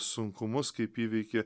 sunkumus kaip įveikė